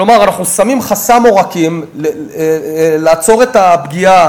כלומר, אנחנו שמים חסם עורקים לעצור את הפגיעה